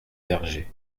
vergers